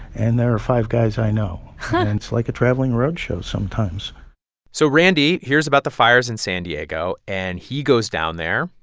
and there are five guys i know. and it's like a traveling road show sometimes so randy hears about the fires in san diego, and he goes down there.